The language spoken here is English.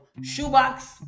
shoebox